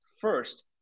first